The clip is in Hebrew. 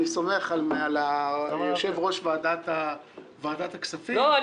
אני סומך על יושב-ראש ועדת הכספים -- לא.